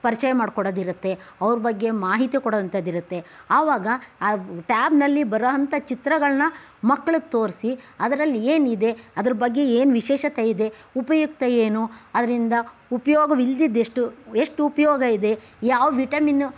ಪರಿಚಯ ಮಾಡಿಕೊಡೋದಿರುತ್ತೆ ಅವ್ರ ಬಗ್ಗೆ ಮಾಹಿತಿ ಕೊಡುವಂಥದಿರುತ್ತೆ ಆವಾಗ ಟ್ಯಾಬ್ನಲ್ಲಿ ಬರೋವಂಥ ಚಿತ್ರಳನ್ನ ಮಕ್ಳಿಗೆ ತೋರಿಸಿ ಅದರಲ್ಲೇನಿದೆ ಅದ್ರ ಬಗ್ಗೆ ಏನು ವಿಶೇಷತೆ ಇದೆ ಉಪಯುಕ್ತ ಏನು ಅದರಿಂದ ಉಪಯೋಗವಿಲ್ದಿದ್ದ ಎಷ್ಟು ಎಷ್ಟು ಉಪಯೋಗ ಇದೆ ಯಾವ ವಿಟಮಿನು ಇದೆ